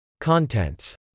Contents